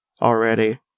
already